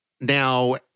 now